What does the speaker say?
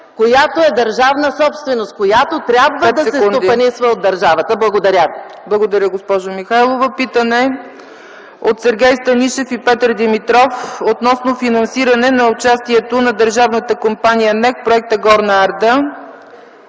която е държавна собственост, която трябва да се стопанисва от държавата. Благодаря ви. ПРЕДСЕДАТЕЛ ЦЕЦКА ЦАЧЕВА: Благодаря, госпожо Михайлова. Питане от Сергей Станишев и Петър Димитров относно финансиране на участието на държавната компания НЕК в проекта „Горна Арда”.